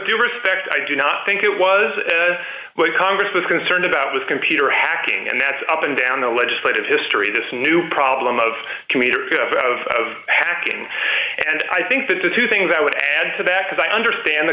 due respect i do not think it was but congress was concerned about with computer hacking and that's up and down the legislative history this new problem of computer of hacking and i think that the two things i would add to that as i understand the